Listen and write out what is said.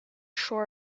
shore